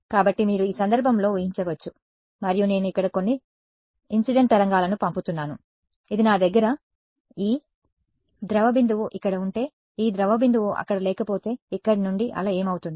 కాబట్టి మీరు ఈ సందర్భంలో ఊహించవచ్చు మరియు నేను ఇక్కడ కొన్ని ఇన్సిడెంట్ తరంగాలను పంపుతున్నాను ఇది నా దగ్గర ఈ ద్రవ బిందువు ఇక్కడ ఉంటే ఈ ద్రవ బిందువు అక్కడ లేకపోతే ఇక్కడి నుండి అల ఏమవుతుంది